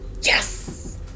Yes